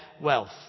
wealth